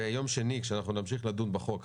ביום שני נמשיך לדון בחוק,